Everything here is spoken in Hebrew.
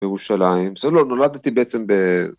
‫בירושלים. לא, נולדתי בעצם ב...